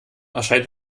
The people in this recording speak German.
erscheint